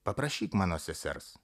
paprašyk mano sesers